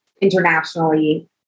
internationally